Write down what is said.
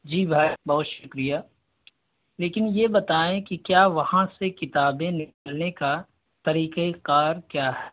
جی بھائی بہت شکریہ لیکن یہ بتائیں کہ کیا وہاں سے کتابیں نکلنے کا طریقۂ کار کیا ہے